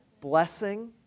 blessing